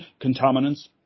contaminants